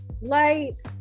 lights